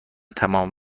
تمام